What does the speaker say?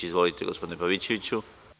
Izvolite gospodine Pavićeviću.